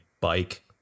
bike